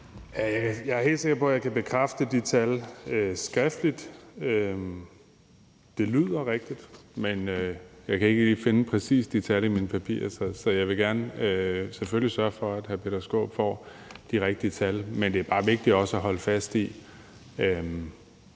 Jeg er helt sikker på, at jeg kan bekræfte de tal skriftligt. Det lyder rigtigt, men jeg kan ikke lige finde præcis de tal i mine papirer. Jeg vil gerne selvfølgelig sørge for, at hr. Peter Skaarup får de rigtige tal. Men det er bare vigtigt også at holde fast i,